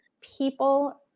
people